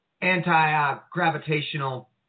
anti-gravitational